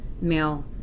male